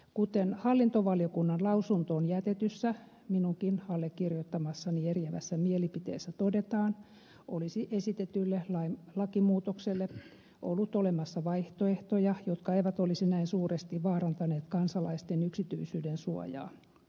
kuten hallintovaliokunnan lausuntoon jätetyssä minunkin allekirjoittamassani eriävässä mielipiteessä todetaan olisi esitetylle lakimuutokselle ollut olemassa vaihtoehtoja jotka eivät olisi näin suuresti vaarantaneet kansalaisten yksityisyyden suojaa